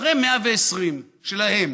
אחרי 120 שלהם